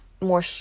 more